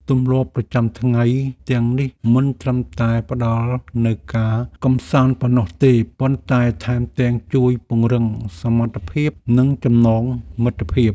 ទម្លាប់ប្រចាំថ្ងៃទាំងនេះមិនត្រឹមតែផ្ដល់នូវការកម្សាន្តប៉ុណ្ណោះទេប៉ុន្តែថែមទាំងជួយពង្រឹងសមត្ថភាពនិងចំណងមិត្តភាព។